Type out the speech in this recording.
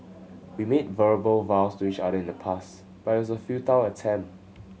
we made verbal vows to each other in the past but it was a futile attempt